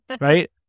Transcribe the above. right